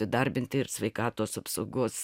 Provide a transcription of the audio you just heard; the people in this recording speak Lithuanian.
įdarbinti ir sveikatos apsaugos